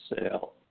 sale